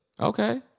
Okay